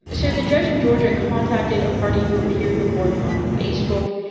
so the judge in georgia contacted a party who appeared before him on facebook.